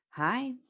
Hi